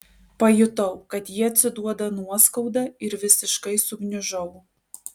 pajutau kad ji atsiduoda nuoskauda ir visiškai sugniužau